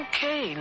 Okay